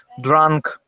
drunk